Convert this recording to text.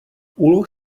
úloh